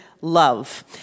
love